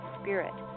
spirit